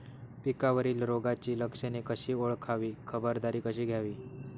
पिकावरील रोगाची लक्षणे कशी ओळखावी, खबरदारी कशी घ्यावी?